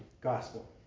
gospel